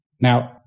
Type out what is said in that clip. Now